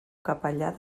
capellà